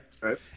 Right